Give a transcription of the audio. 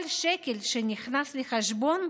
כל שקל שנכנס לחשבון,